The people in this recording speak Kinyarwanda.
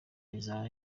izaba